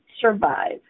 survive